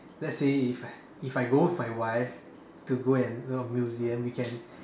let's say if I if I go with my wife to go and you know museum we can